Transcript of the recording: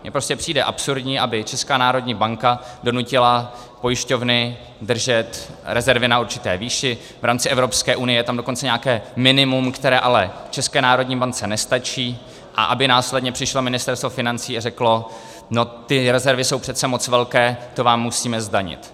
Mně prostě přijde absurdní, aby Česká národní banka donutila pojišťovny držet rezervy na určité výši, v rámci Evropské unie je tam dokonce nějaké minimum, které ale České národní bance nestačí, a aby následně přišlo Ministerstvo financí a řeklo: ty rezervy jsou přece moc velké, to vám musíme zdanit.